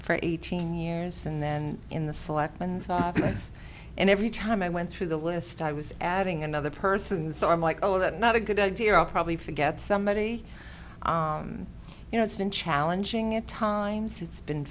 for eighteen years and then in the selectmen zone and every time i went through the list i was adding another person so i'm like oh that not a good idea i'll probably forget somebody you know it's been challenging at times it's been